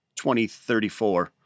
2034